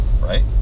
right